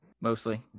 mostly